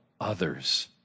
others